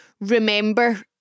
remember